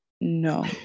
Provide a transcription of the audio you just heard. no